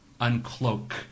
uncloak